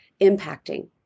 impacting